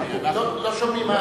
אנחנו לא שומעים.